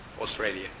Australia